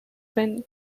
been